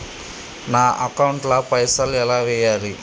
నా అకౌంట్ ల పైసల్ ఎలా వేయాలి?